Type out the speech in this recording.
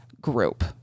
group